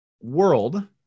world